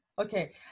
Okay